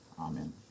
Amen